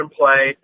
play